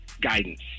guidance